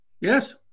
Yes